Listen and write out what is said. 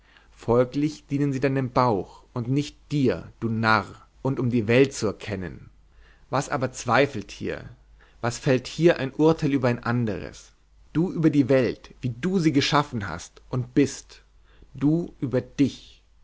folglich dienen sie deinem bauch und nicht dir du narr und um die welt zu erkennen was aber zweifelt hier was fällt hier ein urteil über ein anderes du über die welt wie du sie geschaffen hast und bist du über dich